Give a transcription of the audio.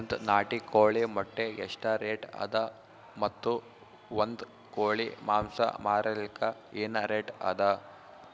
ಒಂದ್ ನಾಟಿ ಕೋಳಿ ಮೊಟ್ಟೆ ಎಷ್ಟ ರೇಟ್ ಅದ ಮತ್ತು ಒಂದ್ ಕೋಳಿ ಮಾಂಸ ಮಾರಲಿಕ ಏನ ರೇಟ್ ಅದ?